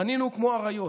בנינו כמו אריות